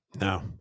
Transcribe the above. No